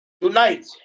Tonight